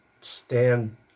stand